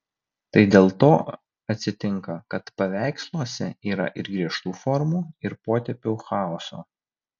tai dėl to atsitinka kad paveiksluose yra ir griežtų formų ir potėpių chaoso